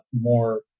more